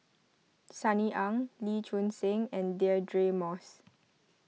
Sunny Ang Lee Choon Seng and Deirdre Moss